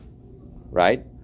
right